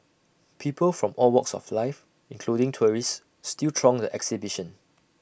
people from all walks of life including tourists still throng the exhibition